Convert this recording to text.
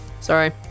Sorry